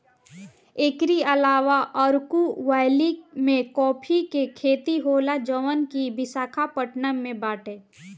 एकरी अलावा अरकू वैली में काफी के खेती होला जवन की विशाखापट्टनम में बाटे